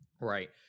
Right